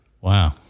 Wow